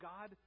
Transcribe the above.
God